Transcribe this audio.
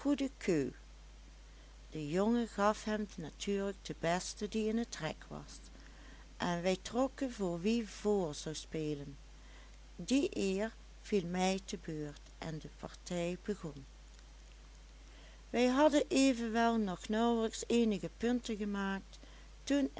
de jongen gaf hem natuurlijk de beste die in het rek was en wij trokken wie vr zou spelen die eer viel mij te beurt en de partij begon wij hadden evenwel nog nauwelijks eenige punten gemaakt toen